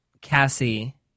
Cassie